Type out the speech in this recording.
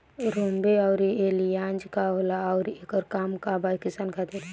रोम्वे आउर एलियान्ज का होला आउरएकर का काम बा किसान खातिर?